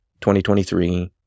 2023